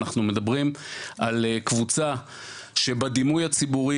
אנחנו מדברים על קבוצה שבדימוי הציבורי